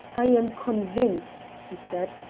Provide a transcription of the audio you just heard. i am convinced, he said,